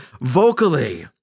vocally